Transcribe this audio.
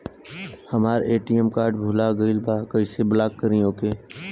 हमार ATM card भूला गईल बा कईसे ब्लॉक करी ओके?